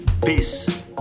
Peace